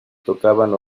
tocaban